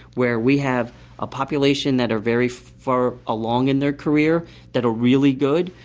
where we have a population that are very far along in their career that are really good,